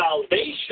salvation